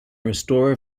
restore